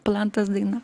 plantas daina